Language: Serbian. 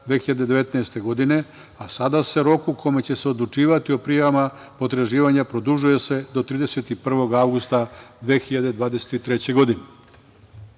2019. godine, a sada se rok u kome će se odlučivati o prijavama potraživanja produžuje do 31. avgusta 2023. godine. Druga